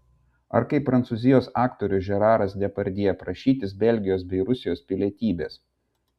ar kaip prancūzijos aktorius žeraras depardjė prašytis belgijos bei rusijos pilietybės